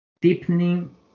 deepening